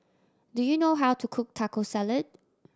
do you know how to cook Taco Salad